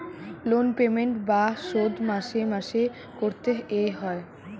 loan payment বা শোধ মাসে মাসে করতে এ হয়